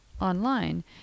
online